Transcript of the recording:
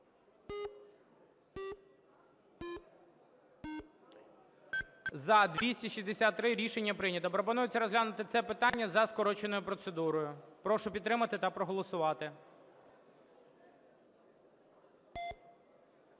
За-263 Рішення прийнято. Пропонується розглянути це питання за скороченою процедурою. Прошу підтримати та проголосувати.